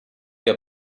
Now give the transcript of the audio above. più